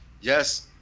yes